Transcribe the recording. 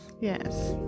yes